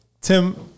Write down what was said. Tim